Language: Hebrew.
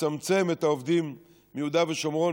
שגרמו לצמצם את העובדים מיהודה ושומרון